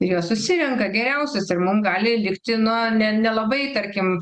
jie susirenka geriausius ir mum gali likti na ne nelabai tarkim